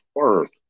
Earth